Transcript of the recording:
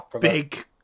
big